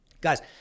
Guys